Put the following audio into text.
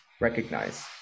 recognize